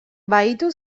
bahitu